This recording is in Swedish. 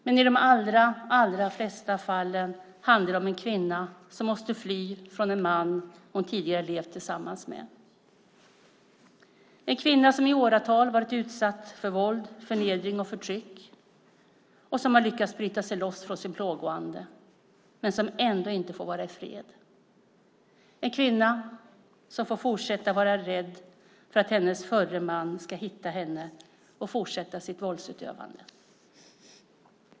Men i de allra flesta fallen handlar det om en kvinna som måste fly från en man hon tidigare har levt tillsammans med. Det kan vara en kvinna som i åratal varit utsatt för våld, förnedring och förtryck och som har lyckats bryta sig loss från sin plågoande men som ändå inte får vara i fred. Det kan vara en kvinna som får fortsätta att vara rädd för att hennes förre man ska hitta henne och fortsätta sitt våldsutövande.